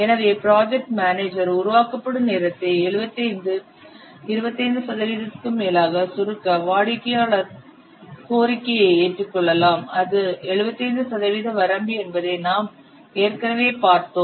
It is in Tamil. எனவே ப்ராஜெக்ட் மேனேஜர் உருவாக்கப்படும் நேரத்தை 75 25 சதவிகிதத்திற்கும் மேலாக சுருக்க வாடிக்கையாளர் கோரிக்கையை ஏற்றுக்கொள்ளலாம் அது 75 சதவிகித வரம்பு என்பதை நாம் ஏற்கனவே பார்த்தோம்